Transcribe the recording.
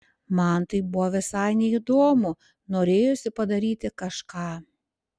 man tai buvo visai neįdomu norėjosi padaryti kažką